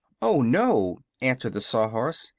oh, no, answered the sawhorse.